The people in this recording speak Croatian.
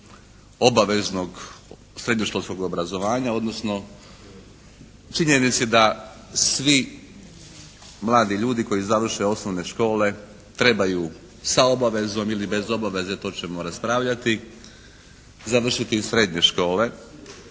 obaveznog srednjoškolskog obrazovanja, odnosno činjenici da svi mladi ljudi koji završe osnovne škole trebaju sa obavezom ili bez obaveze to ćemo raspravljati završiti srednje škole,